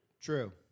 True